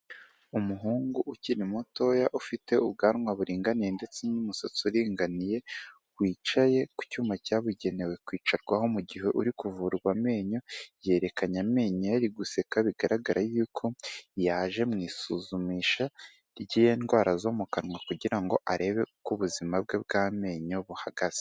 Umuhungu ukiri mutoya ufite ubwanwa buringaniye ndetse n'umusatsi uringaniye wicaye ku cyuma cyabugenewe kwicarwaho mugihe uri kuvurwa amenyo yerekanye amenyo ari guseka bigaragara yuko yaje mu isuzumisha ry'izo ndwara zo mu kanwa kugira ngo arebe uko ubuzima bwe bw'amenyo buhagaze.